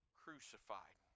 crucified